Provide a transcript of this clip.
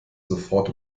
sofort